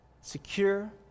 Secure